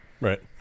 Right